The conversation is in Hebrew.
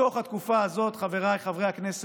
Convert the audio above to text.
בתוך התקופה הזאת, חבריי חברי הכנסת,